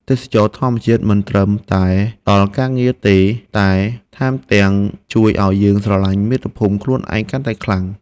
ទេសចរណ៍ធម្មជាតិមិនត្រឹមតែផ្តល់ការងារទេតែថែមទាំងជួយឱ្យយើងស្រឡាញ់មាតុភូមិខ្លួនឯងកាន់តែខ្លាំង។